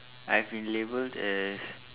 I've been labelled as